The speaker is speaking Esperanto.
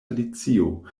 alicio